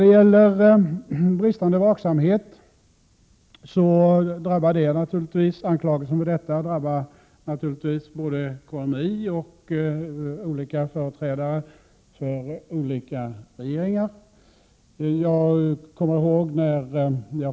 Anklagelserna för bristande vaksamhet gäller naturligtvis både krigsmaterielinspektionen och olika företrädare för olika regeringar.